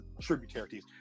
tributaries